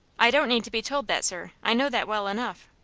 i don't need to be told that, sir. i know that well enough.